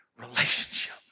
relationship